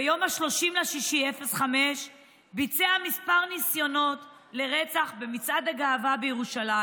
ביום 30 ביוני 2005 הוא ביצע כמה ניסיונות רצח במצעד הגאווה בירושלים,